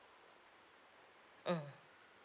mm